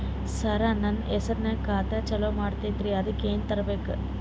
ಸರ, ನನ್ನ ಹೆಸರ್ನಾಗ ಖಾತಾ ಚಾಲು ಮಾಡದೈತ್ರೀ ಅದಕ ಏನನ ತರಬೇಕ?